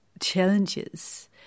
challenges